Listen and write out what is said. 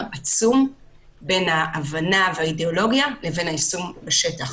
עצום בין ההבנה והאידאולוגיה לבין היישום בשטח.